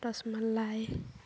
ᱨᱚᱥᱢᱟᱞᱟᱭ